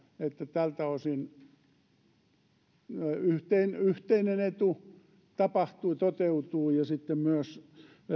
tältä osin yhteinen etu toteutuu ja myös